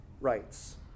rights